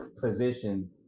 position